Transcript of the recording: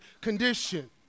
condition